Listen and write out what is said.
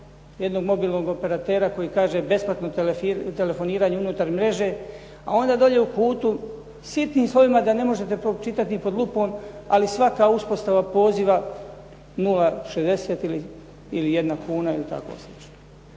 jednog mobilnog operatera koji kaže besplatno telefoniranje unutar mreže, a onda dolje u kutu sitnim slovima da ne možete pročitati pod lupom, ali svaka uspostava poziva 0,60 ili jedna kuna ili tako slično.